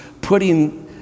putting